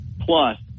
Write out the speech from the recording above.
plus